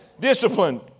Discipline